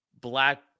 black